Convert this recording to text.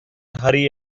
hurry